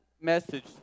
message